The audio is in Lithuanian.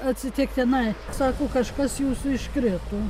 atsitiktinai sako kažkas jūsų iškrito